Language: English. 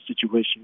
situation